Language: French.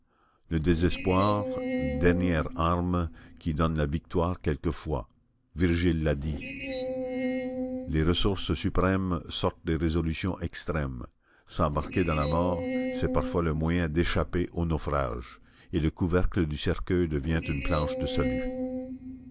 le désespoir dernière arme qui donne la victoire quelquefois virgile l'a dit les ressources suprêmes sortent des résolutions extrêmes s'embarquer dans la mort c'est parfois le moyen d'échapper au naufrage et le couvercle du cercueil devient une planche de salut